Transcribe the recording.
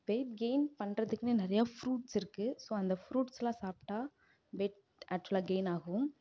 wait gain பண்ணுறத்துக்குனே நிறையா fruits இருக்கு ஸோ அந்த ஃப்ரூட்ஸ் எல்லாம் சாப்பிட்டா வெயிட் ஆக்ஷுவலாக கெயின் ஆகும்